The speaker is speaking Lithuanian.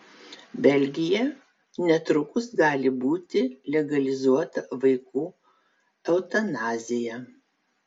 belgija netrukus gali būti legalizuota vaikų eutanazija